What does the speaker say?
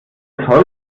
holz